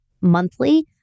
monthly